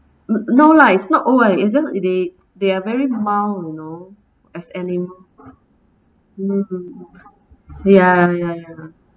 no lah it's not oh I isn't it they they are very mild you know as animal hmm ya ya ya ya